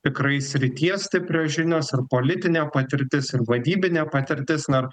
tikrai srities stiprios žinios ir politinė patirtis ir vadybinė patirtis na ar